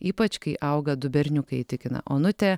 ypač kai auga du berniukai tikina onutė